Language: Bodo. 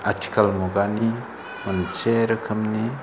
आथिखाल मुगानि मोनसे रोखोमनि